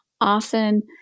often